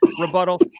rebuttal